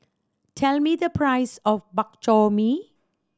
tell me the price of Bak Chor Mee